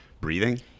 breathing